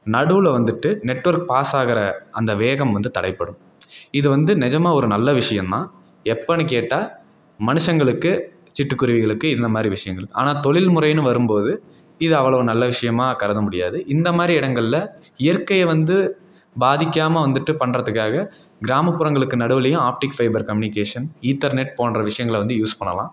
நடுவில் வந்துட்டு network pass ஆகிற அந்த வேகம் வந்து தடைப்படும் இது வந்து நிஜமா ஒரு நல்ல விஷயம் தான் எப்பனு கேட்டால் மனுஷங்களுக்கு சிட்டுக்குருவிகளுக்கு இந்த மாதிரி விஷயங்களுக்கு ஆனால் தொழில்முறைனு வரும் போது இது அவ்வளோ நல்ல விஷியமாக கருத முடியாது இந்த மாதிரி இடங்கள்ல இயற்கையை வந்து பாதிக்காமல் வந்துட்டு பண்ணுறதுக்காகவே கிராமப்புறங்களுக்கு நடுவுலையும் ஆப்டிக் ஃபைபர் கம்யூனிகேஷன் ஈத்தர்நெட் போன்ற விஷயங்கள வந்து யூஸ் பண்ணலாம்